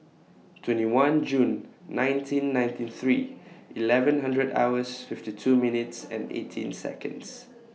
twenty one June nineteen ninety three eleven hundred hours fifty two minutes and eighteen Seconds